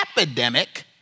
epidemic